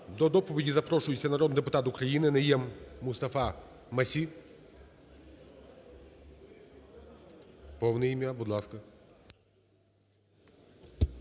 До доповіді запрошується народний депутат України Найєм Мустафа-Масі (повне ім'я), будь ласка.